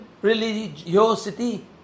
Religiosity